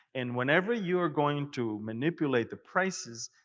and whenever you're going to manipulate the prices,